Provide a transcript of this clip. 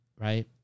right